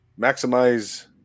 maximize